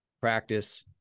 practice